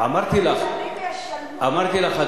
וכמה ישלמו --- אמרתי לך,